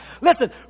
Listen